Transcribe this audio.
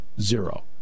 zero